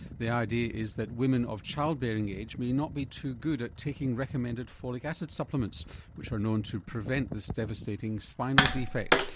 the idea is that women of childbearing age may not be too good at taking recommended folic acid supplements which are known to prevent this devastating spinal defect.